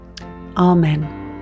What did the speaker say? Amen